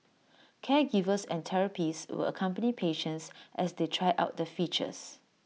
caregivers and therapists will accompany patients as they try out the features